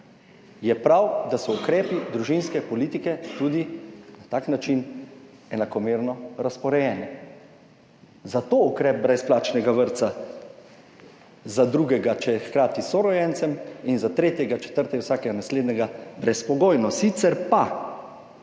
je prav, da so ukrepi družinske politike tudi na tak način enakomerno razporejeni. Zato ukrep brezplačnega vrtca za drugega, če je hkrati s sorojencem, in za tretjega, četrtega vsakega naslednjega brezpogojno. Sicer pa